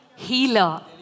Healer